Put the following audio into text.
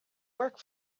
work